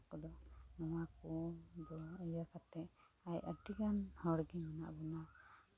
ᱚᱱᱟ ᱠᱚᱫᱚ ᱤᱭᱟᱹ ᱠᱟᱛᱮᱫ ᱟᱨ ᱟᱹᱰᱤ ᱜᱟᱱ ᱦᱚᱲ ᱜᱮ ᱢᱮᱱᱟᱜ ᱵᱚᱱᱟ